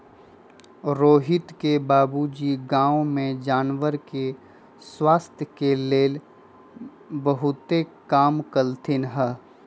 रोहित के बाबूजी गांव में जानवर के स्वास्थ के लेल बहुतेक काम कलथिन ह